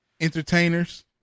entertainers